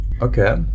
okay